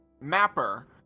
Mapper